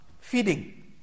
feeding